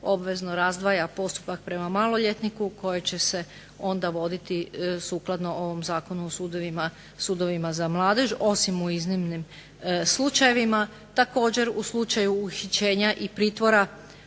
obvezno razdvaja postupak prema maloljetniku koje će se onda voditi sukladno ovom Zakonu o sudovima za mladež osim u iznimnim slučajevima. Također u slučaju uhićenja i pritvora